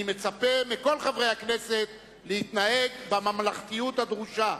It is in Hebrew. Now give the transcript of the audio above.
אני מצפה מכל חברי הכנסת להתנהג בממלכתיות הדרושה,